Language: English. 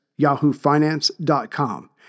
YahooFinance.com